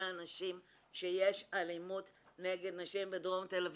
הנשים שיש אלימות נגד נשים בדרום תל אביב.